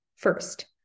First